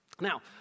Now